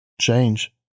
change